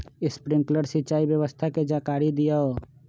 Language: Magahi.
स्प्रिंकलर सिंचाई व्यवस्था के जाकारी दिऔ?